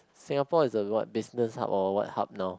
Singapore is a what business hub or what hub now